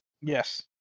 Yes